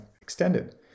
extended